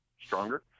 stronger